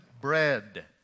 bread